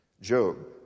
Job